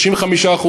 35%,